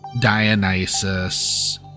Dionysus